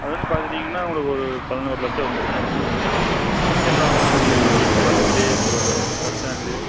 அதுலேயும் பார்த்துட்டிங்கனா உங்களுக்கு ஒரு பதினொரு லட்சம் வந்துடுங்க எல்லாம் வசதியும் இருக்குது வீட்டு பக்கத்துலேயே ப பஸ் ஸ்டாண்டு